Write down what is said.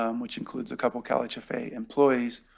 um which includes a couple calhfa employees,